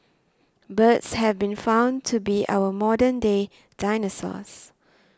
birds have been found to be our modern day dinosaurs